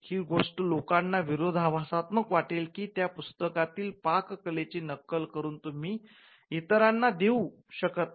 ही गोष्ट लोकांना विरोधाभासात्मक वाटेल की त्या पुस्तकातील पाक कलेची नक्कल करून तुम्ही इतरां देऊ शकत नाही